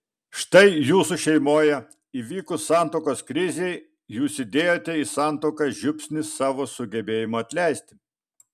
štai jūsų šeimoje įvykus santuokos krizei jūs įdėjote į santuoką žiupsnį savo sugebėjimo atleisti